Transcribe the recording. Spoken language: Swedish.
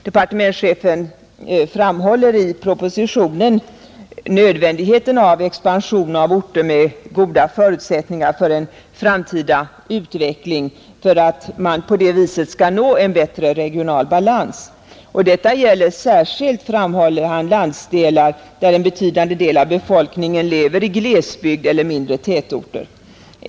Departementschefen framhåller i propositionen nödvändigheten av expansion av orter med goda förutsättningar för en framtida utveckling för att en bättre regional balans skall nås. Detta gäller särskilt, framhåller departementschefen, landsdelar där en betydande del av befolkningen lever i glesbygd eller mindre tätorter.